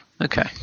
Okay